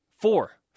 Four